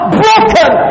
broken